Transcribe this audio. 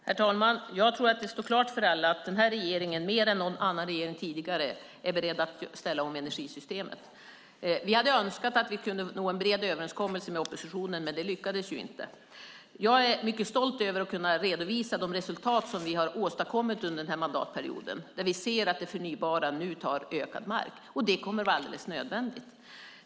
Herr talman! Jag tror att det står klart för alla att denna regering mer än någon annan regering tidigare är beredd att ställa om energisystemet. Vi hade önskat att vi kunde ha nått en bred överenskommelse med oppositionen, men det lyckades inte. Jag är mycket stolt över att kunna redovisa de resultat som vi har åstadkommit under mandatperioden, där vi ser att det förnybara nu tar ökad mark. Det kommer också att vara alldeles nödvändigt.